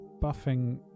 buffing